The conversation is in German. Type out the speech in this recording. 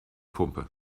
pumpe